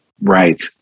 Right